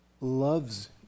loves